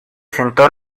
sentó